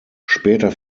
später